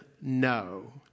No